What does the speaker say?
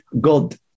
God